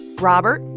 robert,